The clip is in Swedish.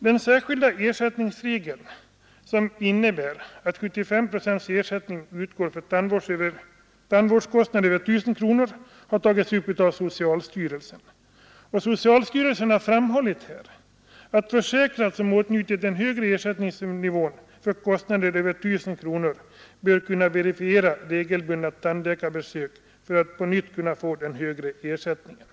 Den särskilda ersättningsregeln som innebär att 75 procents ersättning utgår för tandvårdskostnad över 1000 kronor har särskilt berörts av socialstyrelsen, som framhållit att försäkrad som åtnjutit den högre ersättningsnivån för kostnader över 1 000 kronor bör kunna verifiera regelbundna tandläkarbesök för att på nytt kunna få den högre ersättningen.